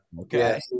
Okay